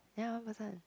ya one person